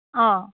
অঁ